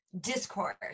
discourse